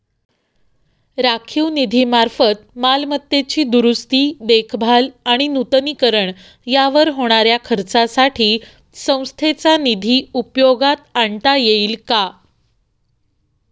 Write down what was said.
राखीव निधीमार्फत मालमत्तेची दुरुस्ती, देखभाल आणि नूतनीकरण यावर होणाऱ्या खर्चासाठी संस्थेचा निधी उपयोगात आणता येईल का?